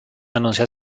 anuncia